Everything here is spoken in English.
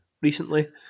recently